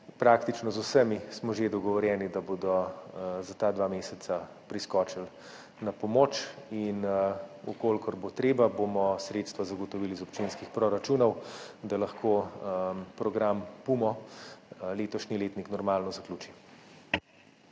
praktično z vsemi smo že dogovorjeni, da bodo za ta dva meseca priskočili na pomoč. Če bo treba, bomo sredstva zagotovili iz občinskih proračunov, da lahko program PUM-O letošnji letnik normalno zaključi.